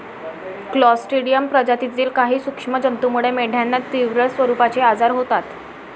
Clostridium प्रजातीतील काही सूक्ष्म जंतूमुळे मेंढ्यांना तीव्र स्वरूपाचे आजार होतात